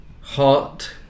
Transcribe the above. heart